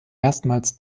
erstmals